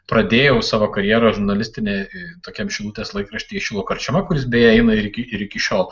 pradėjau savo karjerą žurnalistinę tokiam šilutės laikrašty šilo karčema kuris beje eina ir iki ir iki šiol